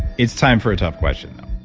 it's time for a tough question now.